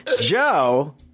Joe